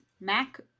Mac